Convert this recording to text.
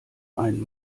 einen